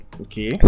okay